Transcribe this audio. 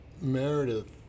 Meredith